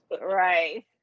Right